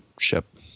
ship